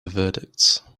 verdict